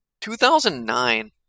2009